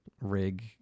rig